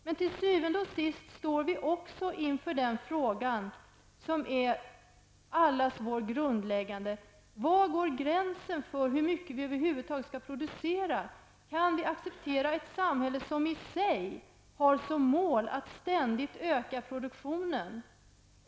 Men till syvende og sidst står vi inför den fråga som är grundläggande för oss alla: Var går gränsen för hur mycket vi egentligen skall producera? Kan vi acceptera ett samhälle, som i sig har som mål att ständigt öka produktionen?